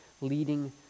leading